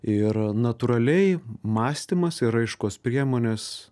ir natūraliai mąstymas ir raiškos priemonės